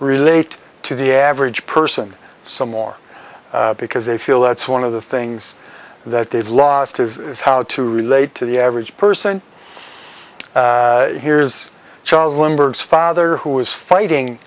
relate to the average person some more because they feel that's one of the things that they've lost is how to relate to the average person here's charles lindbergh's father who is fighting